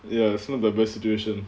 ya it's not the best solution